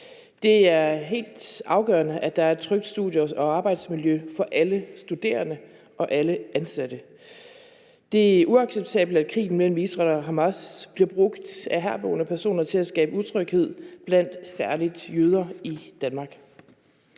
Det er helt afgørende, at der er et trygt studie- og arbejdsmiljø for alle studerende og alle ansatte. Det er uacceptabelt, at krigen mellem Israel og Hamas bliver brugt af herboende personer til at skabe utryghed blandt særlig jøder i Danmark.